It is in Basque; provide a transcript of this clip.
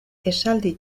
esaldi